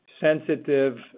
sensitive